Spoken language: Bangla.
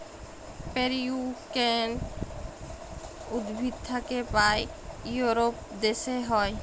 পেরিউইঙ্কেল উদ্ভিদ থাক্যে পায় ইউরোপ দ্যাশে হ্যয়